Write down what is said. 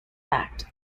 fact